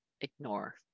ignore